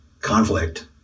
conflict